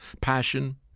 Passion